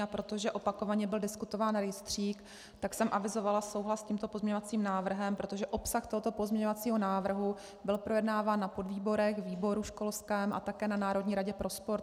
A protože opakovaně byl diskutován rejstřík, tak jsem avizovala souhlas s tímto pozměňovacím návrhem, protože obsah tohoto pozměňovacího návrhu byl projednáván na podvýborech, výboru školském a také na Národní radě pro sport.